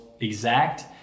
exact